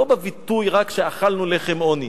לא בביטוי רק שאכלנו לחם עוני,